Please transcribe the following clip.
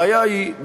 הבעיה היא,